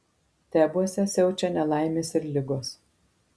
tebuose siaučia nelaimės ir ligos